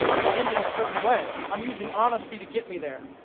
to end in a certain way. i'm using honesty to get me there.